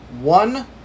One